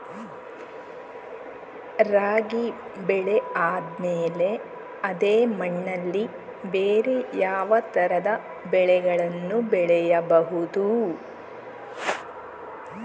ರಾಗಿ ಬೆಳೆ ಆದ್ಮೇಲೆ ಅದೇ ಮಣ್ಣಲ್ಲಿ ಬೇರೆ ಯಾವ ತರದ ಬೆಳೆಗಳನ್ನು ಬೆಳೆಯಬಹುದು?